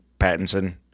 Pattinson